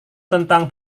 tentang